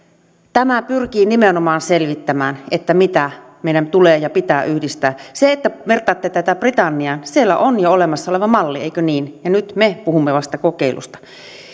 tämä pyrkii nimenomaan selvittämään mitä meidän tulee ja pitää yhdistää kun vertaatte tätä britanniaan siellä on jo olemassa oleva malli eikö niin ja nyt me puhumme vasta kokeilusta